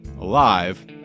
alive